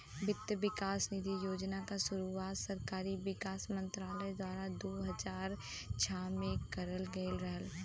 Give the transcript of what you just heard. वित्त विकास निधि योजना क शुरुआत शहरी विकास मंत्रालय द्वारा दू हज़ार छह में करल गयल रहल